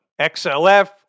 XLF